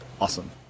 Awesome